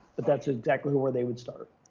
but that's exactly where they would start.